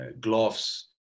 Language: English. gloves